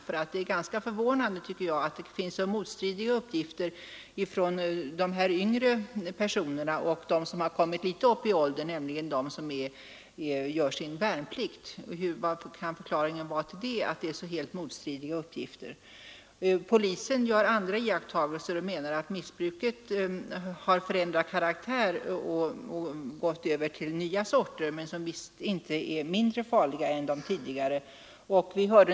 Det är ju ganska förvånande att det föreligger så motstridande uppgifter om yngre personer och om dem som kommit litet längre upp i åldrarna, nämligen de som gör sin värnplikt. Vad kan förklaringen vara till detta? Polisen gör andra iakttagelser och menar att missbruket har förändrat karaktär och gått över till nya sorter, som visst inte är mindre farliga än de tidigare.